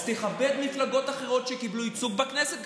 אז תכבד מפלגות אחרות שקיבלו ייצוג בכנסת,